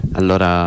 allora